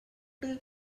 that